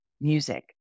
music